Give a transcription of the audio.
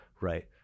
right